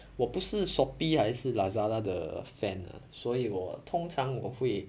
我不是 shopee 还是 lazada 的 fan lah 所以我通常我会